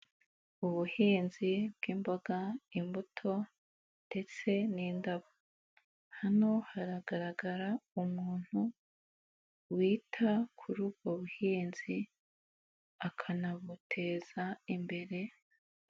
Ubuhinzi bw'imboga, imbuto ndetse n'indabyo, hano haragaragara umuntu wita kuri ubwo buhinzi akanabuteza imbere.